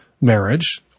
marriage